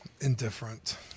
indifferent